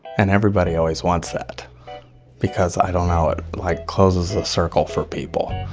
and everybody always wants that because i don't know it, like, closes a circle for people.